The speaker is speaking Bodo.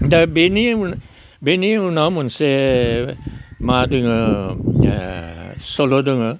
दा बेनि बेनि उनाव मोनसे मा दोङो सल' दोङो